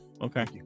Okay